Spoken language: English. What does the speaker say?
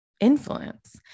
Influence